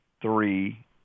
three